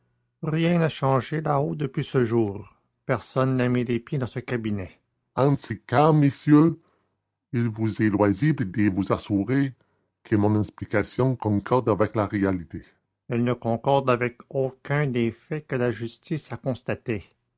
rien n'a changé là-haut depuis ce jour personne n'a mis les pieds dans ce cabinet en ce cas monsieur il vous est loisible de vous assurer que mon explication concorde avec la réalité elle ne concorde avec aucun des faits que la justice a constatés